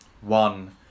one